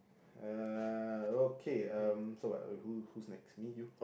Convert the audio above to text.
uh okay um so what who who next mean you